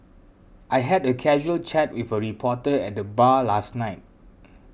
I had a casual chat with a reporter at the bar last night